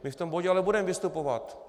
My v tom bodě ale budeme vystupovat.